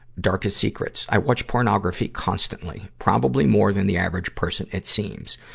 darkest secrets. i watch pornography constantly. probably more than the average person, it seems.